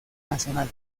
nacional